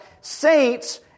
saints